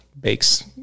bakes